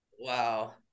Wow